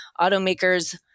automakers